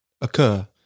occur